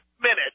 minute